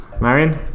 Marion